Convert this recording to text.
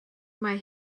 mai